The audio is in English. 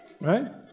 right